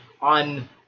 on